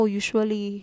usually